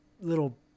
Little